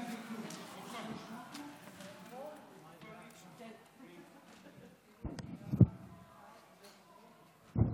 רגע,